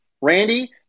Randy